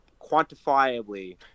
quantifiably